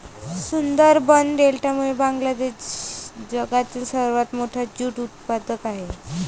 सुंदरबन डेल्टामुळे बांगलादेश जगातील सर्वात मोठा ज्यूट उत्पादक आहे